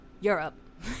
Europe